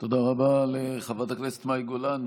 תודה רבה לחברת הכנסת מאי גולן,